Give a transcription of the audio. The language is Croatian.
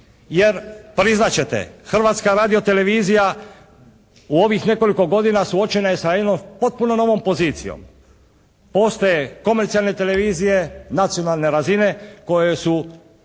jer priznat ćete Hrvatska radiotelevizija u ovih nekoliko godina suočena je sa jednom potpuno novom pozicijom. Postoje komercijalne televizije nacionalne razine koje su